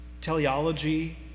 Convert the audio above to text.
teleology